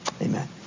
Amen